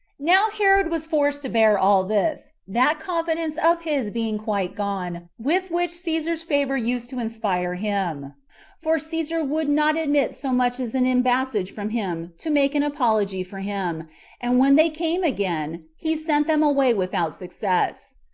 now herod was forced to bear all this, that confidence of his being quite gone with which caesar's favor used to inspire him for caesar would not admit so much as an embassage from him to make an apology for him and when they came again, he sent them away without success.